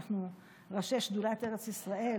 אנחנו ראשי שדולת ארץ ישראל